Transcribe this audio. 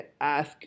ask